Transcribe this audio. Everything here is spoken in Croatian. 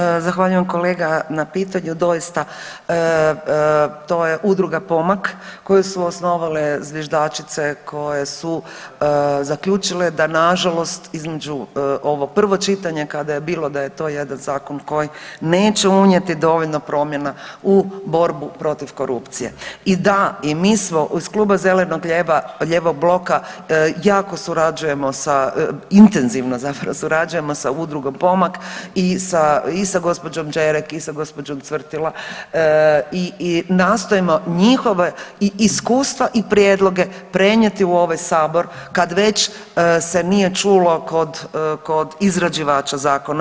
Zahvaljujem Zahvaljujem kolega na pitanju, doista to je Udruga Pomak koji su osnovale zviždačice koje su zaključile da nažalost između ovog prvo čitanje kada je bilo da je to jedan zakon koji neće unijeti dovoljno promjena u borbu protiv korupcije i da i mi smo iz Kluba zeleno-lijevog bloka jako surađujemo sa, intenzivno zapravo surađujemo sa Udrugom Pomak i sa, i sa gđom. Đerek i sa gđom. Cvrtila i nastojimo njihova i iskustva i prijedloge prenijeti u ovaj sabor kad već se nije čulo kod, kod izrađivača zakona.